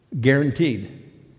Guaranteed